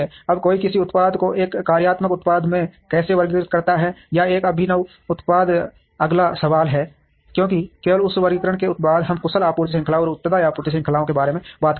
अब कोई किसी उत्पाद को एक कार्यात्मक उत्पाद में कैसे वर्गीकृत करता है या एक अभिनव उत्पाद अगला सवाल है क्योंकि केवल उस वर्गीकरण के बाद हम कुशल आपूर्ति श्रृंखला और उत्तरदायी आपूर्ति श्रृंखलाओं के बारे में बात करते हैं